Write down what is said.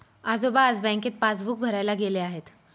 आजोबा आज बँकेत पासबुक भरायला गेले आहेत